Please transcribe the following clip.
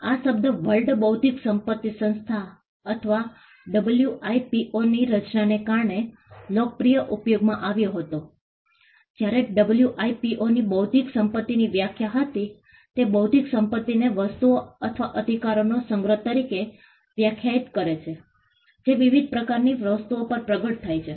આ શબ્દ વર્લ્ડ બૌદ્ધિક સંપત્તિ સંસ્થા અથવા WIPOની રચનાને કારણે લોકપ્રિય ઉપયોગમાં આવ્યો હતો જ્યારે WIPOની બૌદ્ધિક સંપત્તિની વ્યાખ્યા હતી તે બૌદ્ધિક સંપત્તિને વસ્તુઓ અથવા અધિકારોના સંગ્રહ તરીકે વ્યાખ્યાયિત કરે છે જે વિવિધ પ્રકારની વસ્તુઓ પર પ્રગટ થાય છે